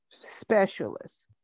specialists